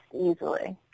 easily